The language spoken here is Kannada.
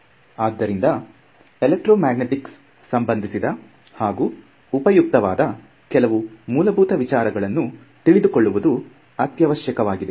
ಆದ್ದರಿಂದ ಎಲೆಕ್ಟಮ್ಯಾಗ್ನೆಟಿಕ್ಸ್ ಸಂಬಂಧಿಸಿದ ಹಾಗೂ ಉಪಯುಕ್ತವಾದ ಕೆಲವು ಮೂಲಭೂತ ವಿಚಾರಗಳನ್ನು ತಿಳಿದುಕೊಳ್ಳುವುದು ಅತ್ಯವಶ್ಯಕವಾಗಿದೆ